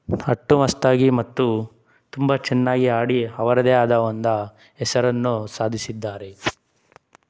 ಕಟ್ಟುಮಸ್ತಾಗಿ ಮತ್ತು ತುಂಬ ಚೆನ್ನಾಗಿ ಆಡಿ ಅವರದೇ ಆದ ಒಂದು ಹೆಸರನ್ನು ಸಾಧಿಸಿದ್ದಾರೆ